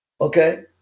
Okay